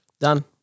Done